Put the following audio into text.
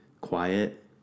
quiet